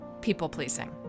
people-pleasing